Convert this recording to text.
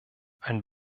ein